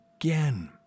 again